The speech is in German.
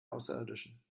außerirdischen